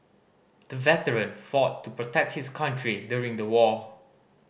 the veteran fought to protect his country during the war